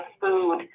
food